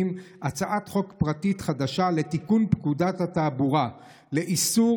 הצעת חוק פרטית חדשה לתיקון פקודת התעבורה לאיסור